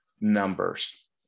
numbers